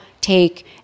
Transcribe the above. take